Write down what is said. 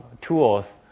tools